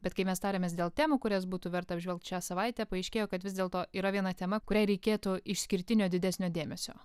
bet kai mes tariamės dėl temų kurias būtų verta apžvelgt šią savaitę paaiškėjo kad vis dėlto yra viena tema kuriai reikėtų išskirtinio didesnio dėmesio